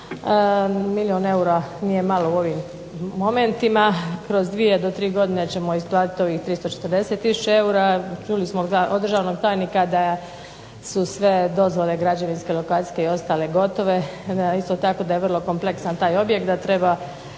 Milijun eura nije malo u ovim momentima. Kroz 2 do 3 godine ćemo isplatiti ovih 340 tisuća eura. Čuli smo od državnog tajnika da su sve dozvole građevinske, lokacijske i ostale gotove. Isto tako daje vrlo kompleksan taj objekt i da treba